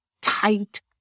tight